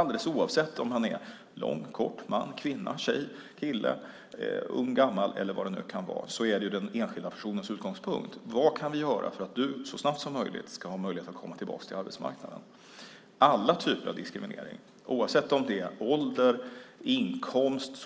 Alldeles oavsett om man är lång, kort, man, kvinna, tjej, kille, ung, gammal eller vad det nu kan vara, är det den enskilda personen som är utgångspunkt. Vad kan vi göra för att du så snabbt som möjligt ska ha möjlighet att komma tillbaka till arbetsmarknaden? Alla typer av diskriminering - oavsett om det är på grund av ålder, inkomst,